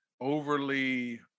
overly